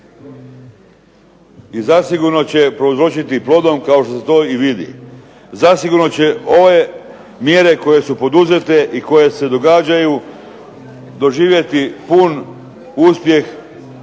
i zasigurno će prouzročiti plodom kao što se to i vidi. Zasigurno će ove mjere koje su poduzete i koje se događaju doživjeti pun uspjeh